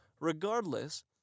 Regardless